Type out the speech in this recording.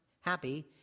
happy